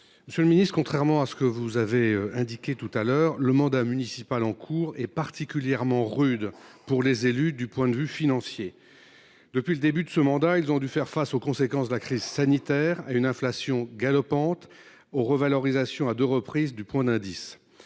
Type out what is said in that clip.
Monsieur le ministre, contrairement à ce que vous avez indiqué, le mandat municipal en cours est particulièrement rude pour les élus du point de vue financier. Depuis le début de ce mandat, ces derniers ont dû faire face aux conséquences de la crise sanitaire, à une inflation galopante et aux revalorisations à deux reprises du point d’indice.